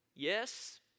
Yes